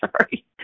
Sorry